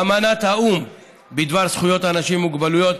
אמנת האו"ם בדבר זכויות אנשים עם מוגבלויות,